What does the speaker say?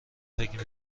فکر